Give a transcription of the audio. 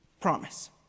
promise